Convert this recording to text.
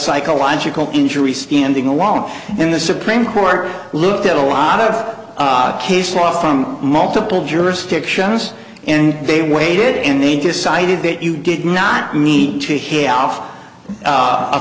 psychological injury standing alone in the supreme court looked at a lot of case law from multiple jurisdictions and they waited and they decided that you did not need to ha